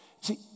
See